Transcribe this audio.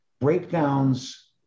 breakdowns